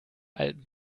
alten